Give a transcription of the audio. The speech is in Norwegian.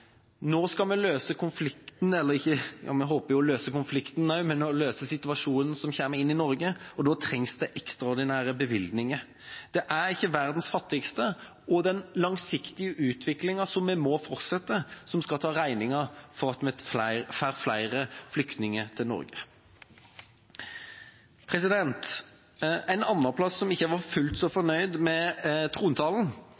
Nå skal vi løse konflikten – ja, vi håper jo å løse konflikten også – eller løse situasjonen med alle som kommer inn i Norge, og da trengs det ekstraordinære bevilgninger. Den langsiktige utviklingen må vi fortsette med – det er ikke verdens fattigste som skal ta regningen for at vi får flere flyktninger til Norge. Noe jeg ikke var fullt så fornøyd med i trontalen,